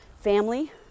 family